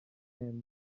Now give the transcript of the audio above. امروزی